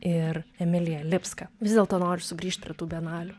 ir emilija lipska vis dėlto noriu sugrįžti prie tų benamių